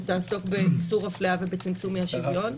שתעסוק באיסור הפליה ובצמצום אי השוויון.